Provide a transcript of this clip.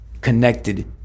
connected